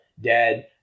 dead